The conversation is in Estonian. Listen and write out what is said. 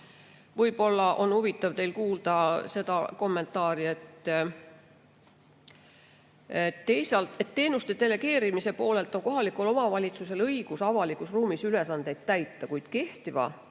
Võib-olla on huvitav kuulda seda kommentaari, et teenuste delegeerimise poolelt on kohalikul omavalitsusel õigus avalikus ruumis ülesandeid täita, kuid praeguse